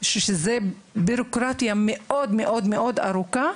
נאלצים לעמוד מול בירוקרטיה מאוד ארוכה,